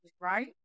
right